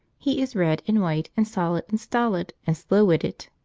he is red and white and solid and stolid and slow-witted,